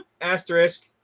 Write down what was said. asterisk